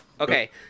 okay